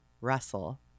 Russell